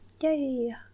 yay